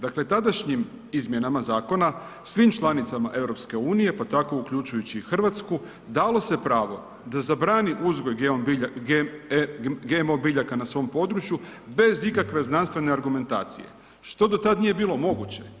Dakle, tadašnjim izmjenama zakona svim članicama EU pa tako uključujući i Hrvatsku dalo se pravo da zabrani uzgoj GMO biljaka na svom području bez ikakve znanstvene argumentacije, što do tada nije bilo moguće.